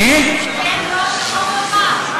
הולכים לשנות את זה.